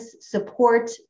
support